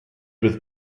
with